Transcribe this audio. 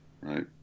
Right